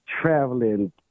traveling